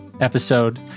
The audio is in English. episode